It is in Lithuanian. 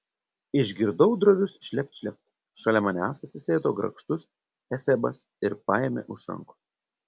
išgirdau drovius šlept šlept šalia manęs atsisėdo grakštus efebas ir paėmė už rankos